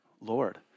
Lord